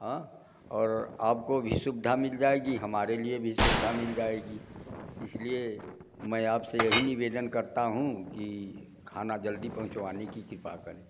हाँ और आपको भी सुविधा मिल जाएगी हमारे लिए भी सुविधा मिल जाएगी इसलिए मैं आपसे यही निवेदन करता हूँ कि खाना जल्दी पहुँचवाने की कृपा करें